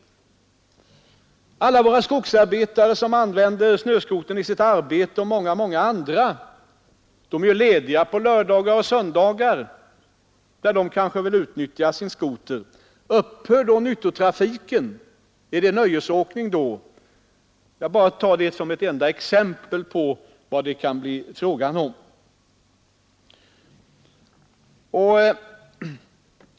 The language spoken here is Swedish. Skogsarbetarna och många andra kategorier som använder snöskotern i sitt arbete är ju lediga lördagar och söndagar och då kanske de vill utnyttja sin skoter. Upphör då nyttotrafiken? Är det nöjesåkning då? Jag bara tar det som ett enda exempel på vad det kan bli fråga om.